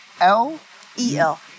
L-E-L